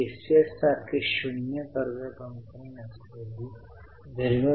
तर बॅलन्स शीटवर जा एफ प्रकारातील गोष्टी ठीक आहेत